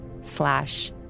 slash